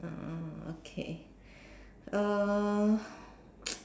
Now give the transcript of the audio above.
ah okay uh